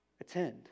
attend